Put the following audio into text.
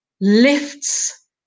lifts